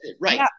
Right